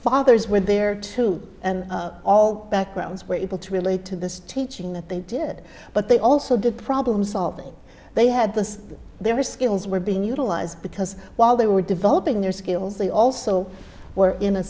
fathers with their two and all backgrounds were able to relate to this teaching that they did but they also did problem solving they had this their skills were being utilized because while they were developing their skills they also were in a